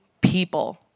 people